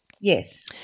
Yes